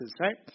right